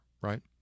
right